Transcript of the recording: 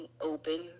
open